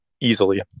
easily